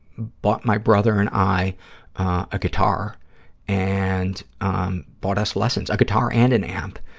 bought my brother and i a guitar and um bought us lessons, a guitar and an amp,